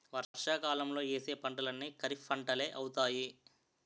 వర్షాకాలంలో యేసే పంటలన్నీ ఖరీఫ్పంటలే అవుతాయి